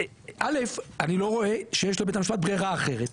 א' אני לא רואה שיש לבית המשפט ברירה אחרת,